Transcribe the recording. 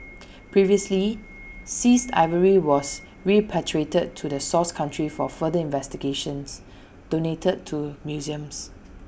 previously seized ivory was repatriated to the source country for further investigations donated to museums